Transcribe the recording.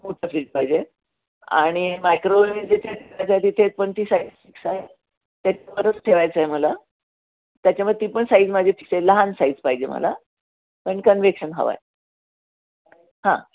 fridge पाहिजे आणि microwave जिथे तिथे पण ती साईज फिक्स आहे त्याच्यावरच ठेवायचं आहे मला त्याच्यामुळे ती पण साईज माझी फिक्स आहे लहान साईज पाहिजे मला पण कन्विक्शन हवा आहे हां